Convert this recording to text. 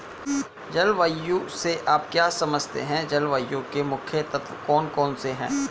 जलवायु से आप क्या समझते हैं जलवायु के मुख्य तत्व कौन कौन से हैं?